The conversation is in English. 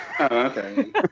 Okay